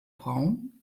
braun